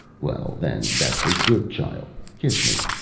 well, then, that's a good child kiss me.